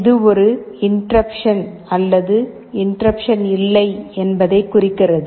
இது ஒரு இன்டெர்ருப்சன் அல்லது இன்டெர்ருப்சன் இல்லை என்பதைக் குறிக்கிறது